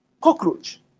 Cockroach